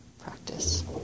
practice